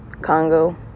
Congo